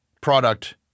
product